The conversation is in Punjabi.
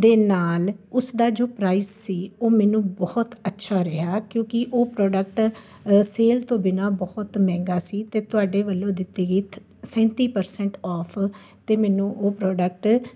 ਦੇ ਨਾਲ ਉਸਦਾ ਜੋ ਪ੍ਰਾਈਸ ਸੀ ਉਹ ਮੈਨੂੰ ਬਹੁਤ ਅੱਛਾ ਰਿਹਾ ਕਿਉਂਕਿ ਉਹ ਪ੍ਰੋਡਕਟ ਸੇਲ ਤੋਂ ਬਿਨ੍ਹਾਂ ਬਹੁਤ ਮਹਿੰਗਾ ਸੀ ਅਤੇ ਤੁਹਾਡੇ ਵਲੋਂ ਦਿੱਤੇ ਗਈ ਥ ਸੈਂਤੀ ਪਰਸੈਂਟ ਓਫ 'ਤੇ ਮੈਨੂੰ ਉਹ ਪ੍ਰੋਡਕਟ